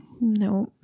No